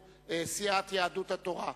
סיעת יהדות התורה,